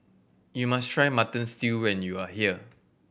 you must try Mutton Stew when you are here